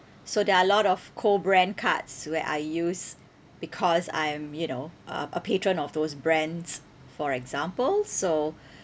so there are a lot of co brand cards where I use because I'm you know a a patron of those brands for example so